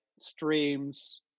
Streams